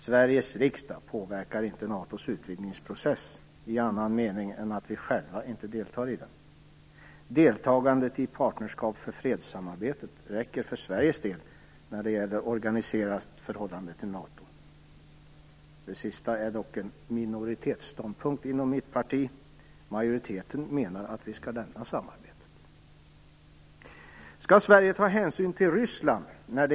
Sveriges riksdag påverkar inte NATO:s utvidgningsprocess i annan mening än att vi själva inte deltar i den. Deltagandet i Partnerskap-förfred-samarbetet räcker för Sveriges del när det gäller organiserat förhållande till NATO. Det sista är dock en minoritetsståndpunkt inom mitt parti. Majoriteten menar att vi skall lämna samarbetet. NATO:s utvidgning?